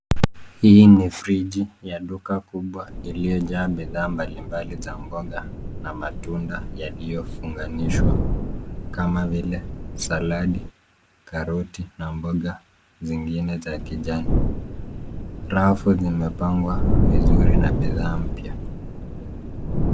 Hii ni friji ya duka kubwa iliyojaa bidhaa mbalimbali za mboga na matunda yaliyo funganishwa, kama vile saladi, karoti na mboga zingine za kijani. Rafu zimepangwa vizuri na bidhaa mpya.